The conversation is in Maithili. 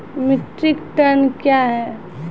मीट्रिक टन कया हैं?